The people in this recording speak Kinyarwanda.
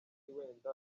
wenda